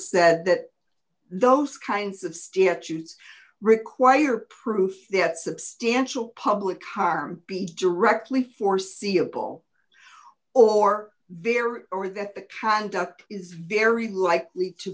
said that those kinds of stitches require proof that substantial public harm be directly foreseeable or very or that the conduct is very likely to